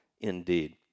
indeed